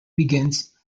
begins